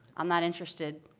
i'm not interested.